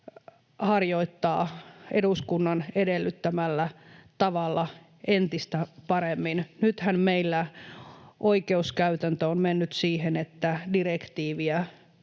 harjoittaa eduskunnan edellyttämällä tavalla entistä paremmin. Nythän meillä oikeuskäytäntö on mennyt siihen, että direktiiviä